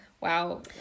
wow